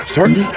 Certain